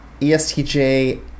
ESTJ